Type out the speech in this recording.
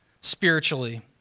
spiritually